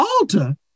altar